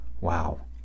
Wow